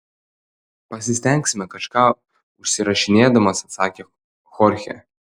pasistengsime kažką užsirašinėdamas atsakė chorchė